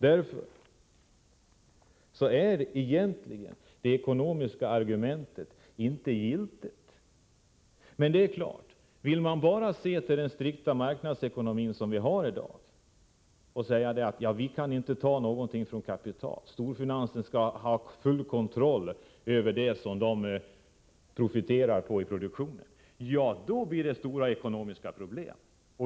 Därför är egentligen det ekonomiska argumentet inte giltigt. Men det är klart att vill man bara se strikt till den marknadsekonomi vi har i dag och säga att vi inte kan ta någonting från kapitalet — storfinansen skall ha full kontroll över den produktion som den profiterar på — då blir det stora ekonomiska problem.